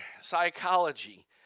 psychology